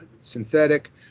synthetic